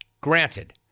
Granted